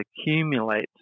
accumulates